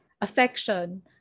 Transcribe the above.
affection